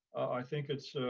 i think it's,